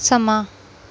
ਸਮਾਂ